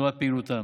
לטובת פעילותן.